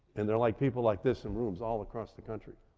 and they're like people like this in rooms all across the country.